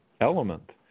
element